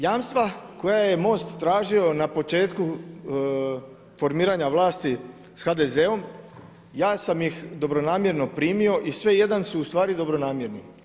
Jamstva koja je MOST tražio na početku formiranja vlasti s HDZ-om, ja sam ih dobronamjerno primio i sve jedan su ustvari dobronamjerni.